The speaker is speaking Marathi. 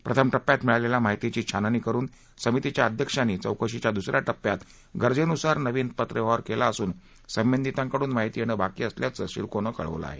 प्रथम टप्प्यात मिळालेल्या माहितीची छाननी करून समितीच्या अध्यक्षांनी चौकशीच्या द्सऱ्या टप्प्यात रजेन्सार नवीन पत्रव्यवहार केला असून संबंधितांकडून माहिती येणे बाकी असल्याचं सिडकोनं कळवलं आहे